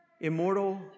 immortal